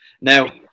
now